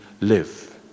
live